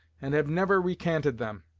and have never recanted them.